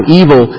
evil